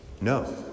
No